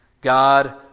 God